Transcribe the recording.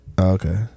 okay